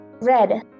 Red